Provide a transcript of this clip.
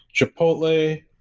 Chipotle